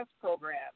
program